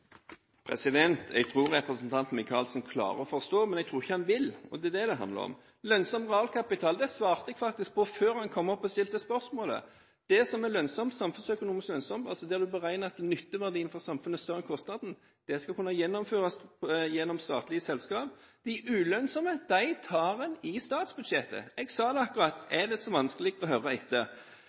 Jeg tror representanten Micaelsen klarer å forstå, men jeg tror ikke han vil, og det er det det handler om. Lønnsom realkapital svarte jeg faktisk på før han kom opp og stilte spørsmålet. Det som er samfunnsøkonomisk lønnsomt – altså der man beregner at nytteverdien for samfunnet er større enn kostnaden – skal kunne gjennomføres gjennom statlige selskaper. Det ulønnsomme, det tar man i statsbudsjettet. Jeg sa det akkurat. Er det så vanskelig å høre